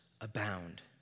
abound